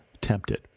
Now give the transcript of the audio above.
tempted